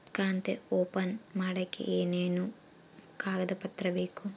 ಖಾತೆ ಓಪನ್ ಮಾಡಕ್ಕೆ ಏನೇನು ಕಾಗದ ಪತ್ರ ಬೇಕು?